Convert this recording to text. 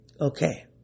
Okay